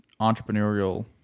entrepreneurial